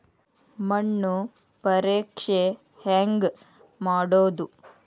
ಮಣ್ಣು ಪರೇಕ್ಷೆ ಹೆಂಗ್ ಮಾಡೋದು?